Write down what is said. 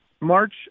March